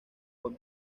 buen